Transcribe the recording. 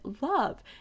love